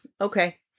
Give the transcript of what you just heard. Okay